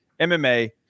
mma